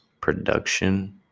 production